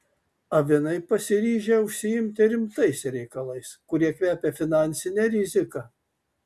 avinai pasiryžę užsiimti rimtais reikalais kurie kvepia finansine rizika